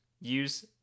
use